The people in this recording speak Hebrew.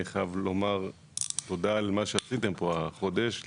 אני חייב לומר תודה על מה שעשיתם פה החודש; לך,